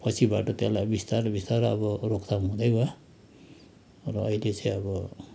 पछिबाट त्यसलाई बिस्तारो बिस्तारो अब रोकथाम हुँदै गयो र अहिले चाहिँ अब